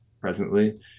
presently